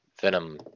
Venom